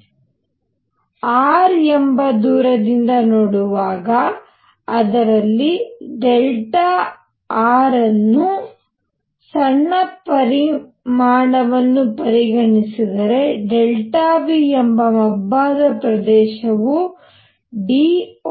ನಾನು r ಎಂಬ ದೂರದಿಂದ ನೋಡುವಾಗ ಅದರಲ್ಲಿ r ನ್ನು ಸಣ್ಣ ಪರಿಮಾಣವನ್ನು ಪರಿಗಣಿಸಿದರೆ V ಎಂಬ ಮಬ್ಬಾದ ಪ್ರದೇಶವು d